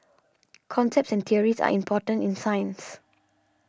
concepts and theories are important in science